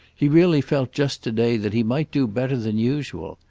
he really felt just to-day that he might do better than usual.